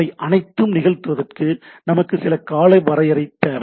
அவை அனைத்தும் நிகழ்வதற்கு நமக்கு சில காலவரையரை தேவை